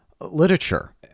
literature